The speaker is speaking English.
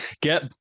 get